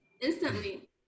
instantly